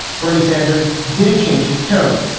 bernie sanders didn't change his tone.